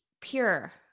pure